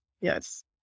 Yes